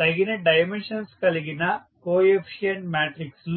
తగిన డైమెన్షన్స్ కలిగిన coefficient matrix లు